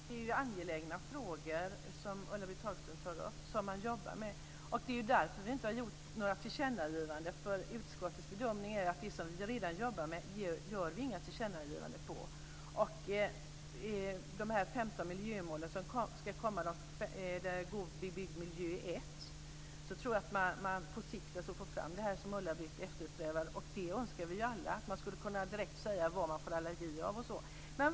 Herr talman! De frågor som Ulla-Britt Hagström tar upp är angelägna och det jobbas med dem. Det är därför som vi inte har gjort några tillkännagivanden. Utskottets bedömning är att sådant som det redan jobbas med gör vi inga tillkännagivanden om. När det gäller de 15 miljömål som ska komma är god byggmiljö nummer ett. På sikt tror jag att vi får fram det som Ulla-Britt eftersträvar. Det är något som vi alla önskar. Alla skulle vi ju önska att det gick att direkt säga vad man får allergier av etc.